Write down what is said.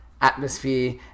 atmosphere